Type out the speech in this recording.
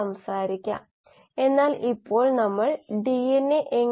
engineering പദങ്ങളിലെന്നപോലെയുള്ള flux അല്ല ഇത്